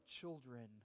children